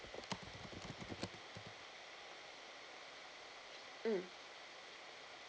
mm